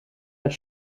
met